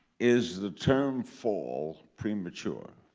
is the term fall premature?